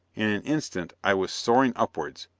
in an instant i was soaring upwards,